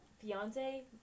fiance